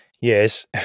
Yes